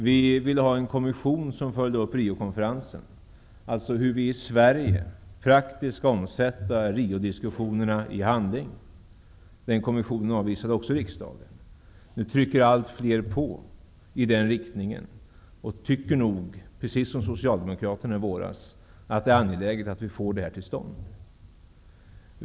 Vi ville ha en kommission som följde upp Riokonferensen, alltså hur vi i Sverige praktiskt skall omsätta Riodiskussionerna i handling. Förslaget om den kommissionen avvisades också av riksdagen. Nu trycker allt fler på och tycker, precis som Socialdemokraterna i våras, att det är angeläget att få en sådan kommission till stånd.